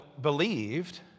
believed